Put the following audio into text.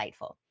insightful